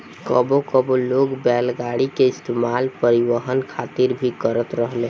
कबो कबो लोग बैलगाड़ी के इस्तेमाल परिवहन खातिर भी करत रहेले